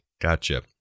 Gotcha